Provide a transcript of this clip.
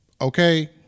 okay